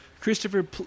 Christopher